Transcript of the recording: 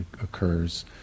occurs